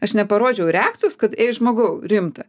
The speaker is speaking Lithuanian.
aš neparodžiau reakcijos kad ei žmogau rimta